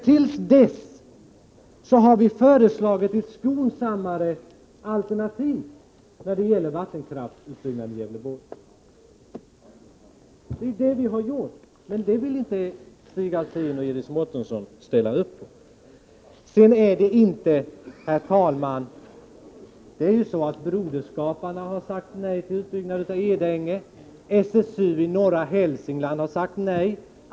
Till dess har vi föreslagit ett skonsammare alternativ när det gäller vattenkraftsutbyggnaden i Gävleborgs län. Men det vill inte Stig Alftin och Iris Mårtensson ställa upp på. Broderskaparna har sagt nej till utbyggnad av Edänge. SSU i norra Hälsingland har sagt nej.